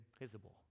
visible